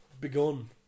begun